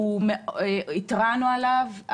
התרענו עליו,